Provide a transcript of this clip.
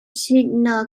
signal